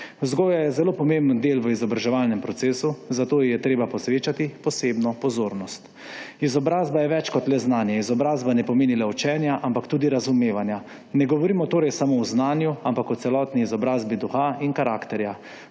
Vzgoja je zelo pomemben del v izobraževalnem procesu, zato ji je treba posvečati posebno pozornost. Izobrazba je več kot le znanje. Izobrazba ne pomeni le učenja, ampak tudi razumevanja. Ne govorimo torej samo o znanju ampak o celotni izobrazbi duha in karakterja.